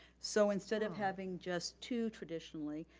so instead of having just two, traditionally,